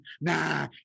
Nah